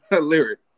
lyric